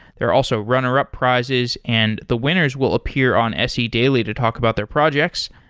there are also runner up prizes and the winners will appear on se daily to talk about their projects.